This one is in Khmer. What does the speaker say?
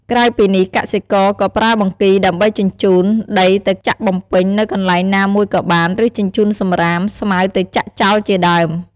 ក្រៅពីនេះកសិករក៏ប្រើបង្គីដើម្បីជញ្ចូន ដីទៅចាក់បំពេញនៅកន្លែងណាមួយក៏បាន ឬជញ្ចូនសំរាម ស្មៅទៅចាក់ចោលជាដើម។